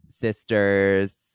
sisters